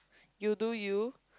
you do you